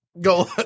go